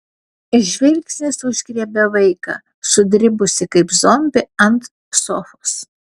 žvilgsnis užgriebė vaiką sudribusį kaip zombį ant sofos